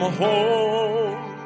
home